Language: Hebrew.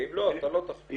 ואם לא אתה לא תכניס.